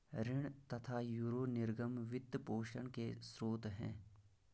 ऋण तथा यूरो निर्गम वित्त पोषण के स्रोत है